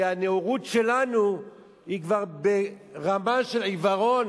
כי הנאורות שלנו היא כבר ברמה של עיוורון,